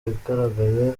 yagaragaye